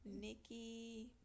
Nikki